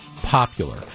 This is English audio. popular